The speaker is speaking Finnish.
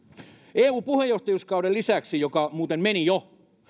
eu puheenjohtajuuskauden lisäksi joka muuten meni jo